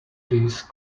please